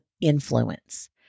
influence